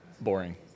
boring